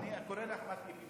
אני קורא לאחמד טיבי.